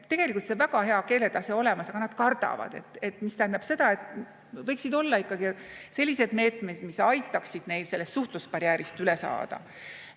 tegelikult väga hea keeletase olemas, aga nad kardavad. See tähendab seda, et võiksid olla ikkagi sellised meetmed, mis aitaksid neil sellest suhtlusbarjäärist üle saada.